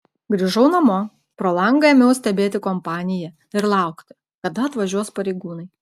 grįžau namo pro langą ėmiau stebėti kompaniją ir laukti kada atvažiuos pareigūnai